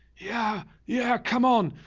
yeah. yeah. come on.